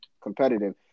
competitive